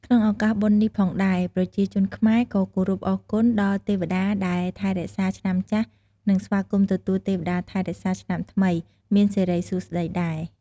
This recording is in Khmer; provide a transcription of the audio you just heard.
ក្នុងឱកាសបុណ្យនេះផងដែរ ប្រជាជនខ្មែរក៏គោរពអរគុណដល់ទេវតាដែលថែរក្សាឆ្នាំចាស់ និងស្វាគមន៏ទទួលទេវតាថែរក្សាឆ្នាំថ្មី មានសិរីសួស្ដីដែរ។